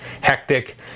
hectic